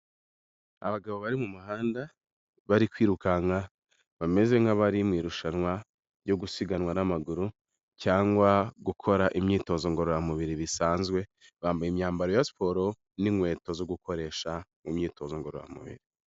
Abagabo bari mu muhanda, bari kwirukanka bameze nk'abari mu irushanwa ryo gusiganwa n'amaguru cyangwa gukora imyitozo ngororamubiri bisanzwe, bambaye imyambaro ya siporo n'inkweto zo gukoresha imyitozo ngororamubiri.